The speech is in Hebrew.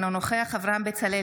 אינו נוכח אברהם בצלאל,